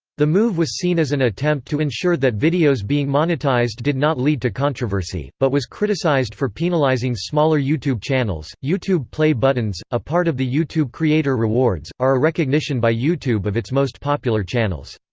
the move was seen as an attempt to ensure that videos being monetized did not lead to controversy, but was criticized for penalizing smaller youtube channels youtube play buttons, a part of the youtube creator rewards, are a recognition by youtube of its most popular channels.